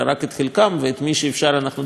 ואת מי שאפשר אנחנו דוחפים החוצה,